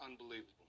unbelievable